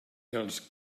els